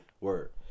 Word